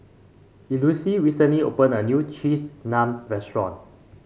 Elouise recently opened a new Cheese Naan Restaurant